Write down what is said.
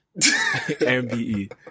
Mbe